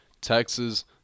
Texas